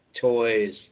toys